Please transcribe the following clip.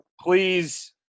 please